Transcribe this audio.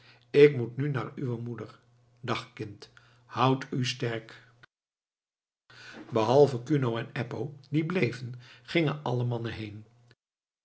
ik moet nu naar uwe moeder dag kind houd u sterk behalve kuno en eppo die bleven gingen al de mannen heen